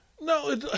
No